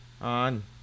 on